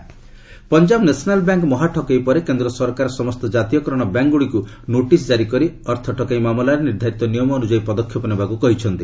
RS PNB Punjab national bank ମହାଠକେଇ ପରେ କେନ୍ଦ୍ର ସରକାର ସମସ୍ତ ଜାତୀୟ କରଣ ବ୍ୟାଙ୍କ୍ଗୁଡ଼ିକୁ ନୋଟିସ୍ ଜାରି କରି ଅର୍ଥ ଠକେଇ ମାମଲାରେ ନିର୍ଦ୍ଧାରିତ ନିୟମ ଅନୁଯାୟୀ ପଦକ୍ଷେପ ନେବାକୁ କହିଛନ୍ତି